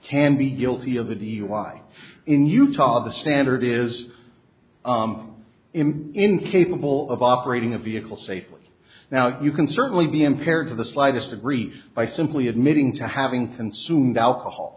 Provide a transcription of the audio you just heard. can be guilty of a dui in utah the standard is him incapable of operating a vehicle safely now you can certainly be impaired to the slightest degree by simply admitting to having consumed alcohol